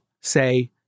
say